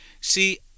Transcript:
See